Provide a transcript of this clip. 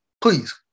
please